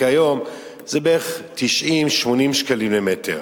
כיום זה 80 90 שקלים למטר,